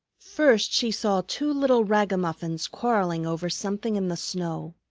first she saw two little ragamuffins quarreling over something in the snow.